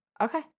Okay